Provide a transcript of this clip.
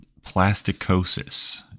plasticosis